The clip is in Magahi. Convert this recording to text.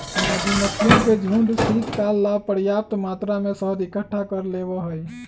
मधुमक्खियन के झुंड शीतकाल ला पर्याप्त मात्रा में शहद इकट्ठा कर लेबा हई